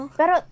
pero